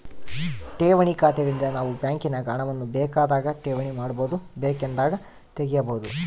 ಠೇವಣಿ ಖಾತೆಗಳಿಂದ ನಾವು ಬ್ಯಾಂಕಿನಾಗ ಹಣವನ್ನು ಬೇಕಾದಾಗ ಠೇವಣಿ ಮಾಡಬಹುದು, ಬೇಕೆಂದಾಗ ತೆಗೆಯಬಹುದು